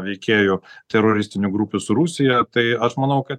veikėjų teroristinių grupių su rusija tai aš manau kad